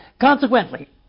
Consequently